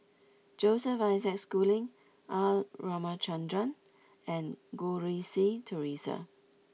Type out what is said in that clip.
Joseph Isaac Schooling R Ramachandran and Goh Rui Si Theresa